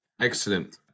Excellent